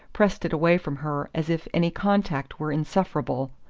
pressed it away from her as if any contact were insufferable.